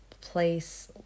place